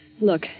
Look